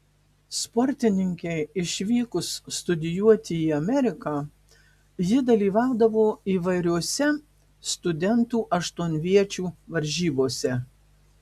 sportininkei išvykus studijuoti į ameriką ji dalyvaudavo įvairiose studentų aštuonviečių varžybose